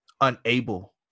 unable